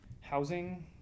housing